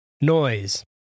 noise